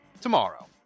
tomorrow